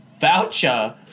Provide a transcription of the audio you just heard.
voucher